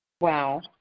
Wow